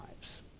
lives